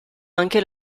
anche